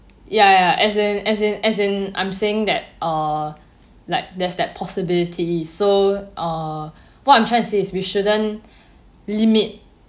ya ya as in as in as in I'm saying that uh like there's that possibility so uh what I'm trying to say is we shouldn't limit